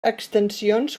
extensions